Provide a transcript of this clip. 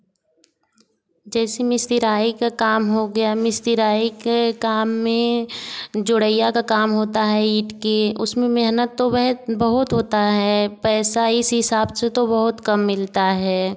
जैसे मिस्तिराई का काम हो गया मिस्तिराई के काम में जोड़इया का काम होता है ईंट के उसमें मेहनत तो बहुत बहुत होता है पैसा इस हिसाब से तो बहुत कम मिलता है